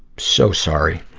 so sorry.